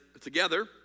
together